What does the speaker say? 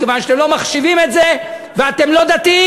מכיוון שאתם לא מחשיבים את זה ואתם לא דתיים.